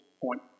point